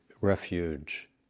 refuge